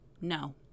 No